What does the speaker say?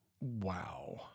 Wow